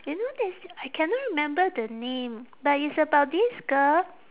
you know there's I cannot remember the name but it's about this girl